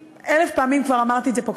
אלף פעמים כבר אמרתי את זה פה,